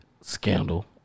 Scandal